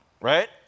right